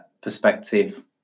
perspective